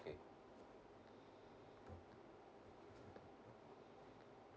okay